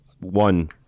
one